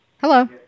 Hello